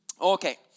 Okay